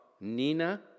Nina